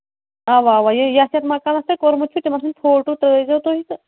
اَوا اَوا یہِ یَتھ یَتھ مکانَس تۄہہِ کوٚرمُت چھُ تِمن ہُنٛد فوٹوٗ ترٲیزیٚو تُہۍ تہٕ